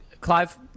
Clive